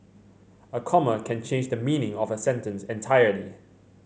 a comma can change the meaning of a sentence entirely